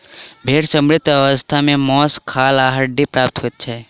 भेंड़ सॅ मृत अवस्था मे मौस, खाल आ हड्डी प्राप्त होइत छै